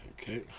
Okay